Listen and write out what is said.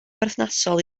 berthnasol